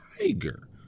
tiger